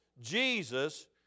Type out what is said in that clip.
Jesus